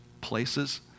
places